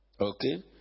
Okay